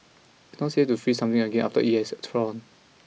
not safe to freeze something again after it has thawed